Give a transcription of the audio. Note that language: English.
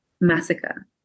massacre